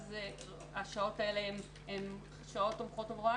ואז השעות האלה הן שעות תומכות הוראה